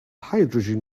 hydrogen